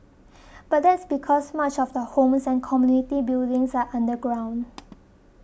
but that's because much of the homes and community buildings are underground